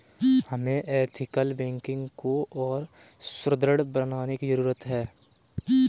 हमें ethical banking को और सुदृढ़ बनाने की जरूरत है